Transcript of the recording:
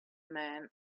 men